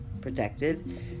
protected